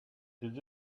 this